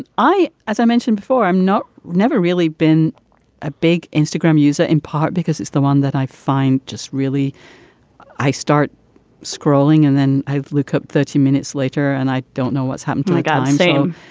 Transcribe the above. i as i mentioned before i'm not never really been a big instagram user in part because it's the one that i find just really i start scrolling and then i look up thirty minutes later and i don't know what's happened to my god name.